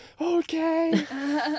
okay